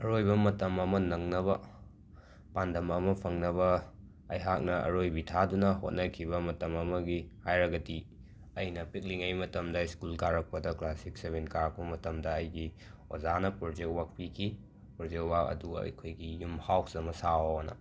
ꯑꯔꯣꯏꯕ ꯃꯇꯝ ꯑꯃ ꯅꯪꯅꯕ ꯄꯥꯟꯗꯝ ꯑꯃ ꯐꯪꯅꯕ ꯑꯩꯍꯥꯛꯅ ꯑꯔꯣꯏꯕꯤ ꯊꯥꯗꯨꯅ ꯍꯣꯠꯅꯈꯤꯕ ꯃꯇꯝ ꯑꯃꯒꯤ ꯍꯥꯏꯔꯒꯗꯤ ꯑꯩꯅ ꯄꯤꯛꯂꯤꯉꯩ ꯃꯇꯝꯗ ꯁ꯭ꯀꯨꯜ ꯀꯥꯔꯛꯄꯗ ꯀ꯭ꯂꯥꯁ ꯁꯤꯛꯁ ꯁꯦꯕꯦꯟ ꯀꯥꯔꯛꯄ ꯃꯇꯝꯗ ꯑꯩꯒꯤ ꯑꯣꯖꯥꯅ ꯄꯣꯔꯖꯦꯛ ꯋꯣꯛ ꯄꯤꯈꯤ ꯄꯣꯔꯖꯦꯛ ꯋꯥꯛ ꯑꯗꯨ ꯑꯩꯈꯣꯏꯒꯤ ꯌꯨꯝ ꯍꯥꯎꯁ ꯑꯃ ꯁꯥꯎꯋꯣꯅ